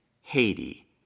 Haiti